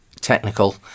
technical